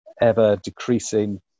ever-decreasing